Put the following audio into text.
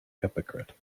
hypocrite